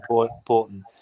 important